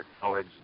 College